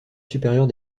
supérieure